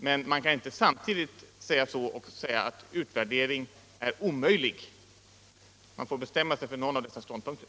Men man kan inte samtidigt säga att en utvärdering är omöjlig. Man får alltså bestämma sig för någon av dessa ståndpunkter.